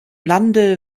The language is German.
lande